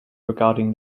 regarding